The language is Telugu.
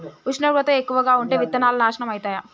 ఉష్ణోగ్రత ఎక్కువగా ఉంటే విత్తనాలు నాశనం ఐతయా?